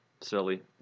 silly